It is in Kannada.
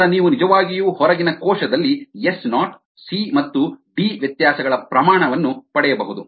ನಂತರ ನೀವು ನಿಜವಾಗಿಯೂ ಹೊರಗಿನ ಕೋಶದಲ್ಲಿ ಎಸ್ ನಾಟ್ ಸಿ ಮತ್ತು ಡಿ ವ್ಯತ್ಯಾಸಗಳ ಪ್ರಮಾಣ ಅನ್ನು ಪಡೆಯಬಹುದು